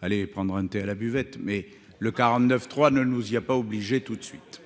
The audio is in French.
aller prendre un thé à la buvette, mais le 49 3 ne nous y a pas obligé tout de suite.